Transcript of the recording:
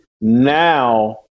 now